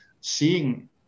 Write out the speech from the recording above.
seeing